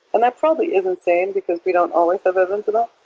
and that probably is insane because we don't always have evidence of that,